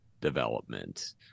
development